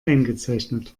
eingezeichnet